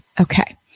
Okay